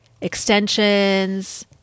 Extensions